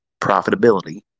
profitability